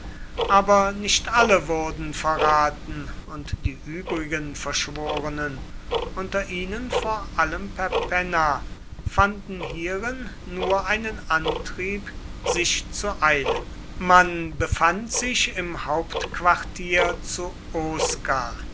aber nicht alle wurden verraten und die übrigen verschworenen unter ihnen vor allem perpenna fanden hierin nur einen antrieb sich zu eilen man befand sich im hauptquartier zu osca